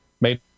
made